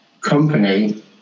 company